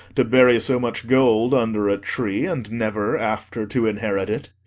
to bury so much gold under a tree and never after to inherit it.